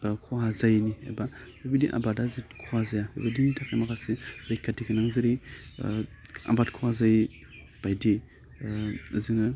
खहा जायिनि एबा बे बायदि आबादा जुदि खहा जाया बिदिनि थाखाय माखासे रैखाथि गोनां जेरै आबाद खहा जायि बायदि जोङो